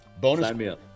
bonus